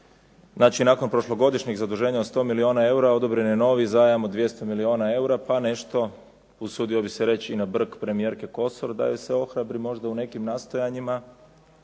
znači nakon prošlogodišnjeg zaduženja od 100 milijuna eura odobren je novi zajam od 200 milijuna eura pa nešto usudio bih se reći i na brk premijerke Kosor da ju se ohrabri možda u nekim nastojanjima